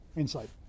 insight